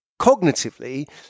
cognitively